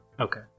Okay